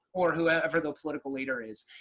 or whoever the political leader is.